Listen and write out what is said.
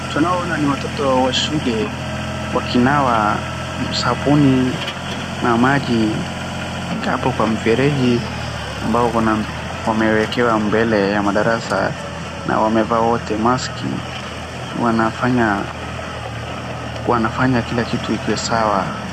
Tunaona ni watoto wa shule wakinawa sabuni na maji hapo kwa mfereji ambao uko na wamewekewa mbele ya madarasa na wamevaa wote maski .Wanafanya kila kitu ikuwe sawa.